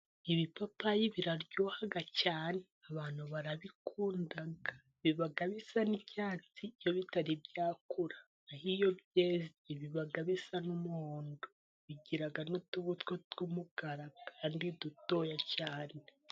Ibipapayi biraryoha cyane abantu barabikunda, biba bisa n'icyatsi iyo bitari byakura n'aho iyo byeze biba bisa n'umuhondo, bigira n'utubuto tw'umukara kandi dutoya cyane.